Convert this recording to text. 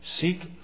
Seek